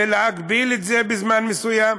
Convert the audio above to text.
להגביל את זה בזמן מסוים,